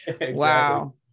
Wow